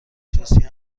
توصیه